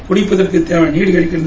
குடிப்பதற்கு தேவையான நீர் கிடைக்கிறது